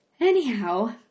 Anyhow